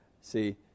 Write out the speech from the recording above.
See